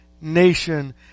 nation